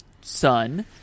son